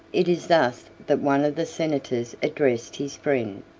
it is thus that one of the senators addresses his friend,